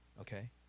okay